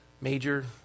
Major